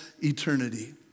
eternity